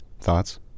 Thoughts